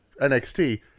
NXT